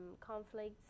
conflicts